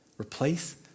Replace